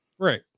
right